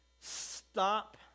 stop